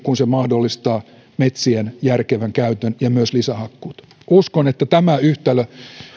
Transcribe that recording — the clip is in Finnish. kun se mahdollistaa metsien järkevän käytön ja myös lisähakkuut uskon että tämä yhtälö